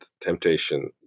temptation